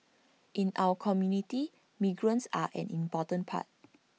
in our community migrants are an important part